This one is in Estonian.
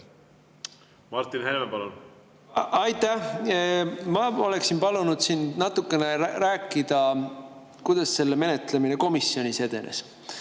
Martin Helme, palun! Aitäh! Ma oleksin palunud sul natukene rääkida, kuidas selle [eelnõu] menetlemine komisjonis edenes.